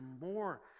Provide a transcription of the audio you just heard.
more